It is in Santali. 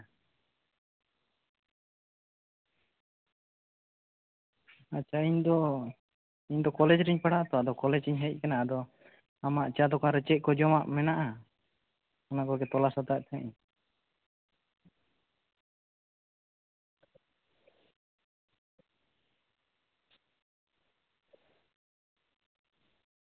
ᱟᱪᱪᱷᱟ ᱤᱧ ᱫᱚ ᱤᱧ ᱫᱚ ᱠᱚᱞᱮᱡᱽ ᱨᱤᱧ ᱯᱟᱲᱦᱟᱜ ᱟᱛᱚ ᱟᱫᱚ ᱠᱚᱞᱮᱡᱽ ᱤᱧ ᱦᱮᱡ ᱟᱠᱟᱱᱟ ᱟᱫᱚ ᱟᱢᱟᱜ ᱪᱟ ᱫᱚᱠᱟᱱ ᱨᱮ ᱪᱮᱫ ᱠᱚ ᱡᱚᱢᱟᱜ ᱢᱮᱱᱟᱜᱼᱟ ᱚᱱᱟ ᱠᱚᱜᱮ ᱛᱚᱞᱟᱥ ᱦᱟᱛᱟᱣᱮᱫ ᱛᱟᱦᱮᱸ ᱤᱧ